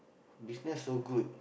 business so good